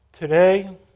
Today